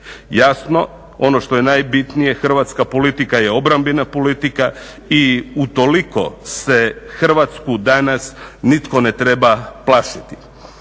Jasno ono što je najbitnije, hrvatska politika je obrambena politika i u toliko se Hrvatsku danas nitko ne treba plašiti.